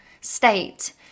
state